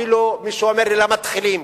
אפילו מישהו אומר לי: למתחילים,